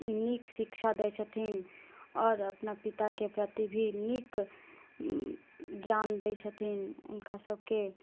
नीक शिक्षा दै छथिन आओर अपना पिताके प्रति भी नीक ज्ञान दै छथिन हुनका सबके